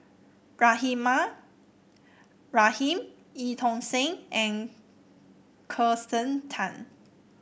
Rahimah Rahim Eu Tong Sen and Kirsten Tan